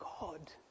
God